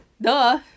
Duh